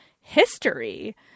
history